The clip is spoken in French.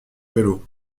vélo